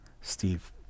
Steve